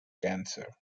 cancer